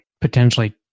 potentially